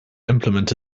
implement